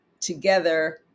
together